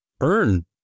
earn